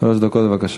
שלוש דקות, בבקשה.